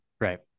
Right